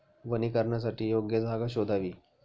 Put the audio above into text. वनीकरणासाठी योग्य जागा शोधावी